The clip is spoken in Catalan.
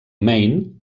main